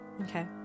okay